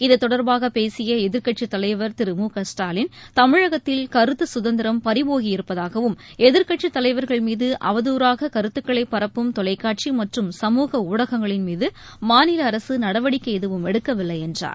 இத்தொடர்பாக பேசிய எதிர்கட்சித் தலைவர் திரு மு க ஸ்டாலின் தமிழகத்தில் கருத்து சுதந்திரம் பறிபோகியிருப்பதாகவும் எதிர்கட்சித் தலைவர்கள் மீது அவதுறாக கருத்துக்களை பரப்பும் தொலைகாட்சி மற்றும் சமூக ஊடகங்களின் மீது மாநில அரசு நடவடிக்கை எதுவும் எடுக்கவில்லை என்றார்